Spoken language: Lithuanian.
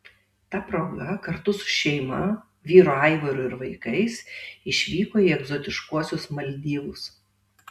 ta proga kartu su šeima vyru aivaru ir vaikais išvyko į egzotiškuosius maldyvus